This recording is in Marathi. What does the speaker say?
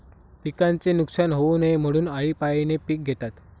पिकाचे नुकसान होऊ नये म्हणून, आळीपाळीने पिक घेतात